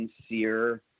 sincere